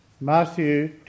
Matthew